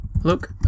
look